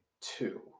two